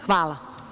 Hvala.